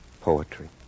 poetry